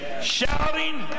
Shouting